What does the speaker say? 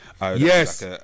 Yes